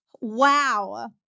Wow